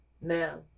Now